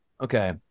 Okay